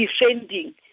Defending